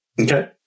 Okay